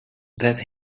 that